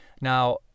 Now